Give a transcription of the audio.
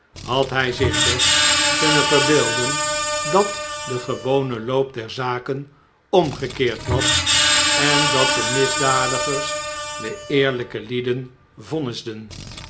had hy zich best kunnen verbeelden dat de gewone loop der zaken omgekeerd was en dat de misdadigers de eerlijke lieden